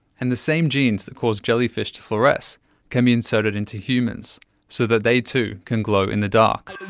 and the same genes that cause jellyfish to fluoresce can be inserted into humans so that they too can glow in the dark.